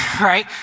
right